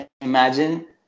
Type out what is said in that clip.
Imagine